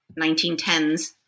1910s